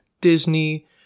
Disney